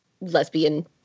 lesbian